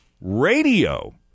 radio